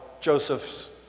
Joseph's